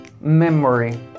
memory